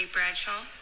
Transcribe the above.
Bradshaw